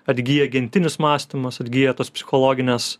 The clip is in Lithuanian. atgyja gentinis mąstymas atgyja tos psichologinės